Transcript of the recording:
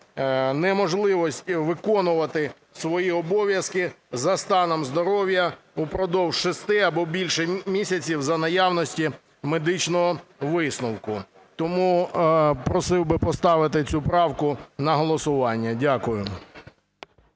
"неможливості виконувати свої обов'язки за станом здоров'я упродовж шести або більше місяців за наявності медичного висновку". Тому просив би поставити цю правку на голосування. Дякую.